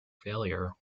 failure